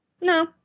No